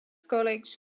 college